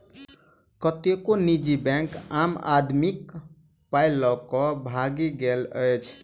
कतेको निजी बैंक आम आदमीक पाइ ल क भागि गेल अछि